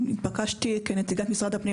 התבקשתי להגיע כנציגת משרד הפנים.